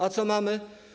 A co mamy?